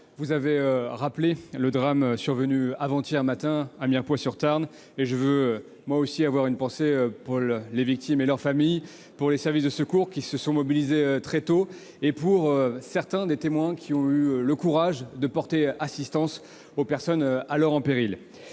vous avez rappelé le drame survenu avant-hier matin à Mirepoix-sur-Tarn ; je veux à mon tour avoir une pensée pour les victimes et leurs familles, pour les services de secours, qui se sont mobilisés très tôt, et pour certains des témoins du drame, qui ont eu le courage de porter assistance aux personnes alors en péril.